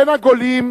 בין הגולים